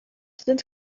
sind